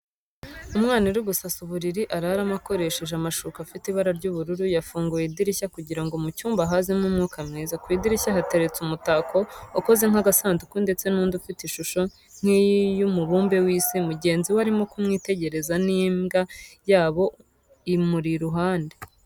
Umwana ari gusasa uburiri araramo akoresheje amashuka afite ibara ry'ubururu, yafunguye idirisha kugirango mu cyumba hazemo umwuka mwiza, ku idirishya hateretse umutako ukoze nk'agasanduku ndetse n'undi ufite ishusho nk'iy'umubumbe w'isi, mugenzi we arimo kumwitegereza, n'imbwa yabo umuri iruhande.